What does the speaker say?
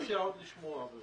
בינתיים אני רוצה לשמוע עוד.